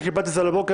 כשקיבלתי את זה בבוקר,